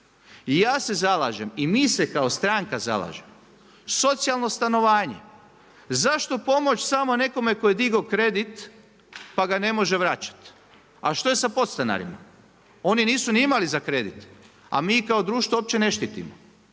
I ja se zalažem i mi se kao stranka zalažemo, socijalno stanovanje. Zašto pomoći samo nekome tko je digao kredit, pa ga ne može vraćati. A što je sa podstanarima? Oni nisu ni imali za kredit, a mi kao društvo uopće ne štitimo.